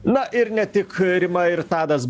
na ir ne tik rima ir tadas